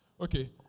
Okay